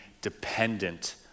dependent